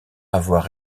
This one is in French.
avoir